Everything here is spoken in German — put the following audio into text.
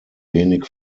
wenig